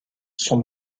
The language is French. son